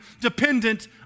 dependent